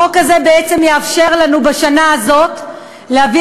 החוק הזה בעצם יאפשר לנו בשנה הזאת להביא